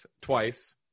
twice